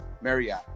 Marriott